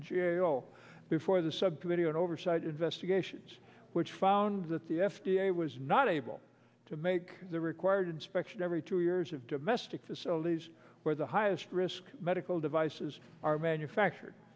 o before the subcommittee on oversight investigations which found that the f d a was not able to make the required inspection every two years of domestic facilities where the highest risk medical devices are manufactured